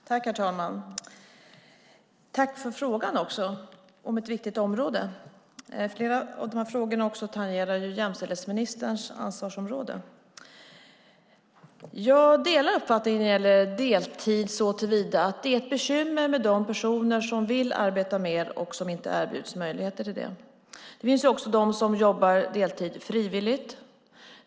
Herr talman! Jag vill tacka för frågorna, som gäller ett viktigt område. Flera av dem tangerar också jämställdhetsministerns område. Jag delar uppfattningen när det gäller deltid såtillvida att det är ett bekymmer med de personer som vill arbeta deltid och inte erbjuds möjlighet till det. Det finns också de som jobbar deltid frivilligt.